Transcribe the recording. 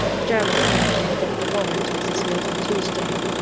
a german aeroplane dropped a bomb into this field on tuesday,